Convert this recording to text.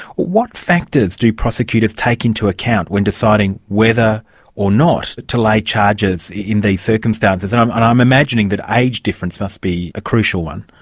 what factors do prosecutors take into account when deciding whether or not to lay charges in these circumstances? and i'm and i'm imagining that age difference must be a crucial one.